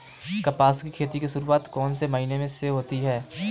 कपास की खेती की शुरुआत कौन से महीने से होती है?